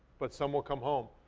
but some will come home.